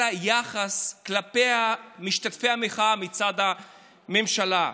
אלא היחס כלפי משתתפי המחאה מצד הממשלה.